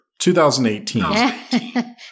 2018